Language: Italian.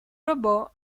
robot